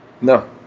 No